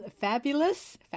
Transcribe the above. Fabulous